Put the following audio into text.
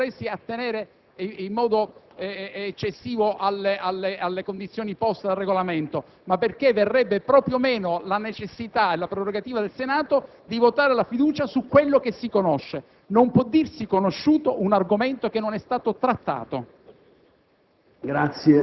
non per volersi attenere in modo eccessivo alle condizioni poste dal Regolamento, ma proprio perché verrebbero meno la necessità e la prerogativa del Senato di votare la fiducia su ciò che si conosce: non può dirsi conosciuto un argomento che non è stato trattato.